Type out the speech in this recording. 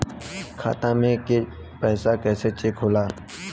खाता में के पैसा कैसे चेक होला?